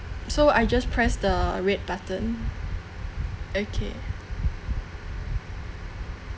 so I just press the red button okay